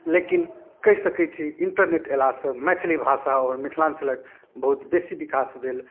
लेकिन कहि सकै छी इन्टरनेट अयलासँ मैथिली भाषा आओर मिथिलाञ्चलक बहुत बेसी विकास भेल